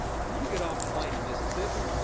when you get off the plane in mississippi,